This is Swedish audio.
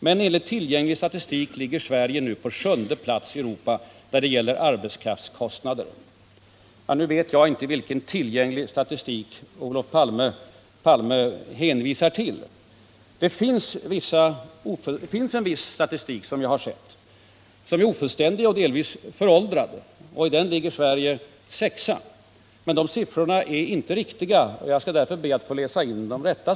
Men enligt tillgänglig statistik ligger Sverige nu på sjunde plats i Europa när det gäller arbetskraftskostnader.” Jag vet inte vilken tillgänglig statistik det är Olof Palme hänvisar till. Enligt en viss ofullständig och delvis föråldrad statistik som jag har sett ligger Sverige på sjätte plats. Men de siffrorna är alltså inte riktiga.